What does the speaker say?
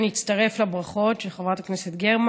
אני אצטרף לברכות של חברת הכנסת גרמן